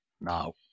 now